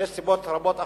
ויש גם סיבות רבות אחרות,